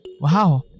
wow